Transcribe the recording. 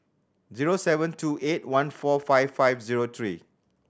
zero seven two eight one four five five zero three